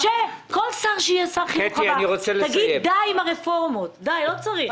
משה, כל שר שיהיה תגידו די עם הרפורמות, לא צריך.